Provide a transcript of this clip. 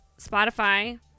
spotify